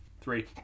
Three